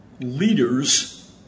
leaders